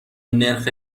نرخ